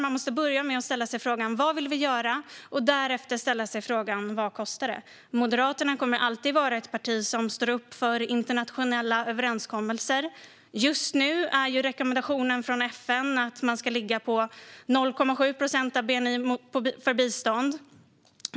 Man måste börja med att ställa sig frågan vad man vill göra och därefter ställa sig frågan vad det kostar. Moderaterna kommer alltid att vara ett parti som står upp för internationella överenskommelser. Just nu är rekommendationen från FN att biståndet ska ligga på 0,7 procent av bni.